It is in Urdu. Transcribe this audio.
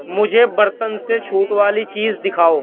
مجھے برتن سے چھوٹ والی چیز دکھاؤ